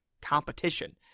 competition